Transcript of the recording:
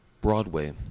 Broadway